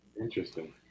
Interesting